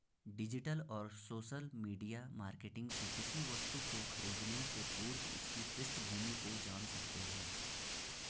digital और social media marketing से किसी वस्तु को खरीदने से पूर्व उसकी पृष्ठभूमि को जान सकते है